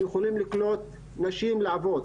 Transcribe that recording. שיכולים לקלוט נשים לעבוד.